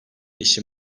eşi